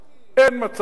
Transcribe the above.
אין מצב כזה.